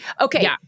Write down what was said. Okay